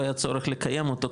לא היה צורך לקיים אותו,